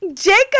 jacob